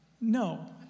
no